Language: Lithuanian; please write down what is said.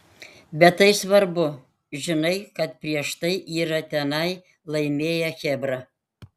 bet tai svarbu žinai kad prieš tai yra tenai laimėję chebra